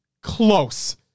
close